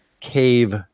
cave